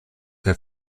der